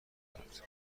دارد